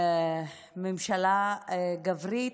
ממשלה גברית,